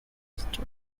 stopped